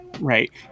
right